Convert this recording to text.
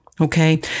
Okay